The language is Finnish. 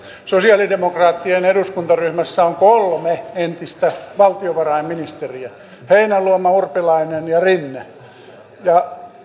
sosialidemokraattien eduskuntaryhmässä on kolme entistä valtiovarainministeriä heinäluoma urpilainen ja